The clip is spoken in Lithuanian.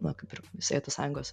na kaip ir sovietų sąjungos